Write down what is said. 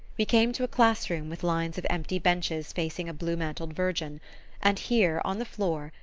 we came to a class room with lines of empty benches facing a blue-mantled virgin and here, on the floor,